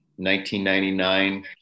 1999